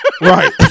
Right